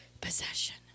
possession